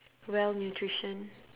well nutrition